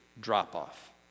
drop-off